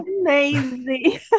amazing